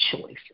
choice